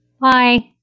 Bye